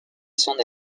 son